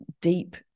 deep